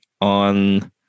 on